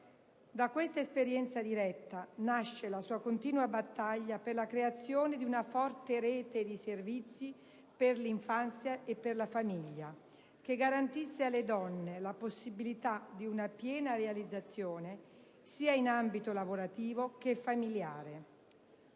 Da questa esperienza diretta, nasce la sua continua battaglia per la creazione di una forte rete di servizi per l'infanzia e per la famiglia, che garantisse alle donne la possibilità di una piena realizzazione sia in ambito lavorativo che familiare.